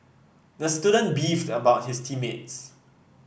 the student beefed about his team mates